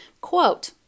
Quote